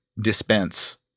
dispense